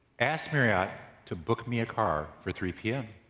ask marriott to book me a car for three pm.